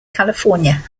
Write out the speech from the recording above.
california